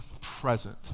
present